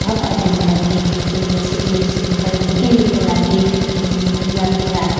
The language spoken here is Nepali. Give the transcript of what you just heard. थप अध्ययनको लागि युनिभर्सिटीहरू सिक्नुपऱ्यो भने एमएको लागि या फिर